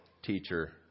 teacher